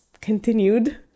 continued